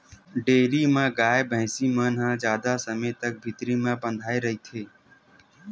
dairy म गाय, भइसी मन ह जादा समे तक भीतरी म बंधाए रहिथे